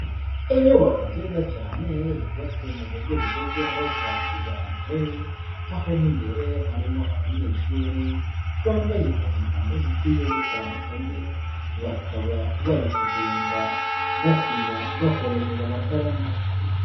Inyubako nziza cyane yubatswe mu buryo bugezweho bwa kijyambere aho mo imbere harimo abanyeshuri bambaye impuzankano zigiye zitandukanye bakaba bari kugenda basinya bakoresheje amakaramu.